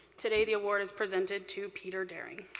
today the award is presented to peter daring.